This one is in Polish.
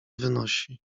wynosi